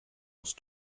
onze